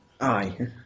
Aye